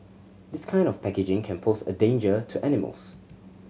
this kind of packaging can pose a danger to animals